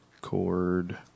Cord